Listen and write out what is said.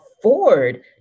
afford